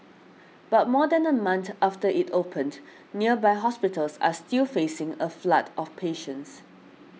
but more than a month after it opened nearby hospitals are still facing a flood of patients